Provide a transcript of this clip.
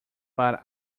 para